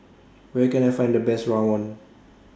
Where Can I Find The Best Rawon